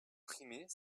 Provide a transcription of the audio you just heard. primer